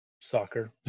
soccer